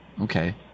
Okay